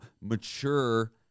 mature